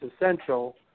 essential